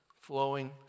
flowing